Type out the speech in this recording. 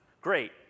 great